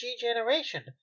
generation